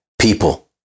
people